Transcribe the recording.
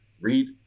read